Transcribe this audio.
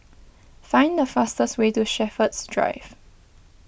find the fastest way to Shepherds Drive